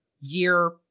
year